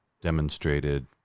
demonstrated